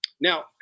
Now